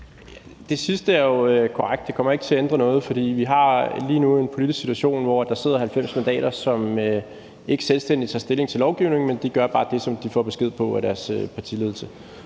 Det sidste er jo korrekt; det kommer ikke til at ændre noget, for vi har lige nu en politisk situation, hvor der sidder 90 mandater, som ikke selvstændigt tager stilling til lovgivningen, men bare gør det, som de får besked på af deres partiledelse.